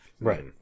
Right